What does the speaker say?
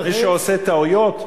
מי שעושה טעויות,